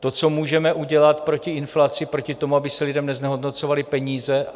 To, co můžeme udělat proti inflaci, proti tomu, aby se lidem znehodnocovaly peníze,